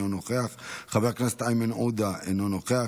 אינו נוכח,